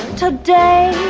today